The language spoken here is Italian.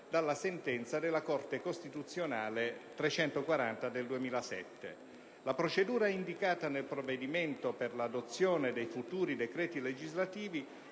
dalla sentenza della Corte costituzionale, n. 340 del 2007. La procedura indicata nel provvedimento per l'adozione dei futuri decreti legislativi